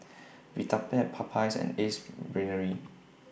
Vitapet Popeyes and Ace Brainery